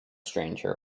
stranger